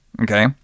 Okay